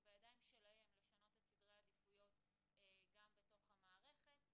כי בידיים שלהם לשנות את סדרי העדיפויות גם בתוך המערכת.